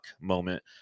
moment